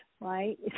right